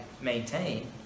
maintain